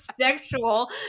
sexual